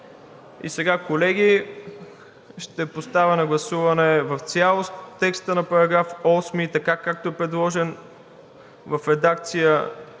Сега, колеги, ще подложа на гласуване в цялост текста на § 8, така както е предложен в редакцията